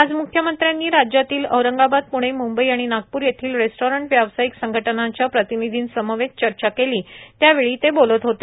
आज म्ख्यमंत्र्यांनी राज्यातील औरंगाबाद पृणे मुंबई आणि नागपूर येथील रेस्टॉरंट व्यवसायिक संघटनांच्या प्रतिनिधींसमवेत चर्चा केली त्यावेळी ते बोलत होते